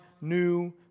new